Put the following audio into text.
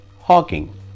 Hawking